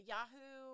Yahoo